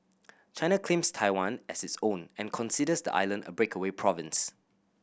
China claims Taiwan as its own and considers the island a breakaway province